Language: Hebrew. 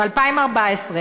ב-2014,